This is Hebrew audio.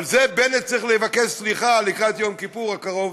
על זה בנט צריך לבקש סליחה לקראת יום הכיפור הקרוב,